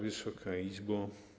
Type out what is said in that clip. Wysoka Izbo!